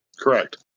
Correct